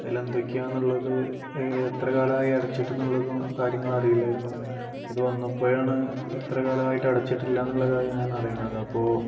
അതിൽ എന്തൊക്കെയാണെന്നുള്ളത് എത്ര കാലമായി അടച്ചിട്ടെന്നുള്ളതും കാര്യങ്ങളറിയില്ലായിരുന്നു ഇത് വന്നപ്പോഴാണ് ഇത്ര കാലമായിട്ട് അടച്ചിട്ടില്ലയെന്നുള്ള കാര്യം ഞാനറിയുന്നത് അപ്പോൾ